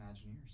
Imagineers